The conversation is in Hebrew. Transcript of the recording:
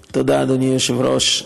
תודה, אדוני היושב-ראש.